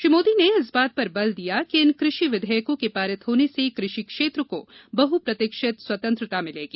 श्री मोदी ने इस बात पर बल दिया कि इन कृषि विधेयकों के पारित होने से कृषि क्षेत्र को बहुप्रतीक्षित स्वतंत्रता मिलेगी